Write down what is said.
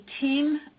team